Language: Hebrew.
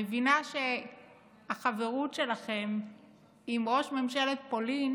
אני מבינה שהחברות שלכם עם ראש ממשלת פולין